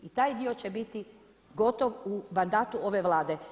I taj dio će biti gotov u mandatu ove Vlade.